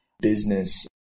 business